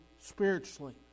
spiritually